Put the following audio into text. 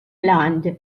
land